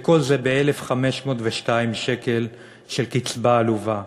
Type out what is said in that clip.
וכל זה ב-1,502 שקל של קצבה עלובה,